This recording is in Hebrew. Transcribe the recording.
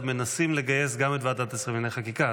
מנסים לגייס גם את ועדת השרים לחקיקה.